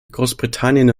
großbritannien